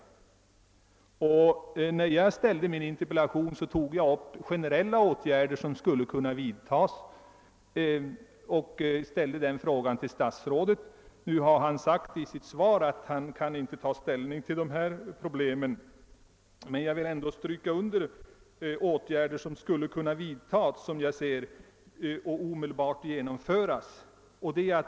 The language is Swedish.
När jag framställde min interpellation, tog jag upp några generella åtgärder som skulle kunna vidtas och frågade statsrådet vad han tänkte göra. I sitt svar har han sagt att han inte kan ta ställning till dessa problem. Men jag vill ändå ge exempel på åtgärder som enligt min uppfattning skulle kunna vidtas och omedelbart genomföras.